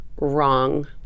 wrong